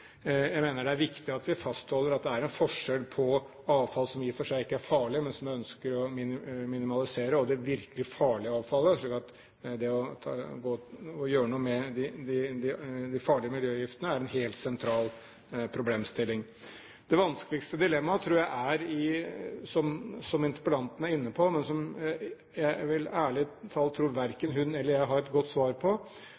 Jeg mener det er viktig at vi fastholder at det er en forskjell på avfall som i og for seg ikke er farlig, men som en ønsker å minimere, og det virkelig farlige avfallet. Så det å gjøre noe med de farlige miljøgiftene er en helt sentral problemstilling. Det vanskeligste dilemmaet, som jeg ærlig talt tror verken interpellanten eller jeg har et godt svar på,